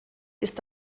ist